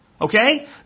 Okay